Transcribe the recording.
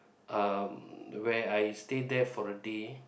um where I stay there for a day